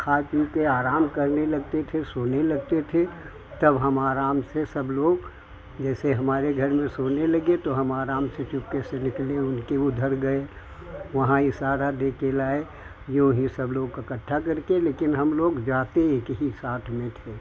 खा पीकर आराम करने लगते थे सोने लगते थे तब हम आराम से सब लोग जैसे हमारे घर में सोने लगे तो हम आराम से चुप्पे से निकले उनके उधर गए वहाँ इशारा देकर लाए लाए जो हम सब लोग इकठ्ठा करके लेकिन हम लोग जाते एक ही साथ में थे